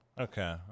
Okay